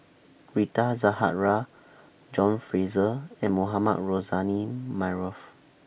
Rita Zahara John Fraser and Mohamed Rozani Maarof